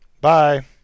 Bye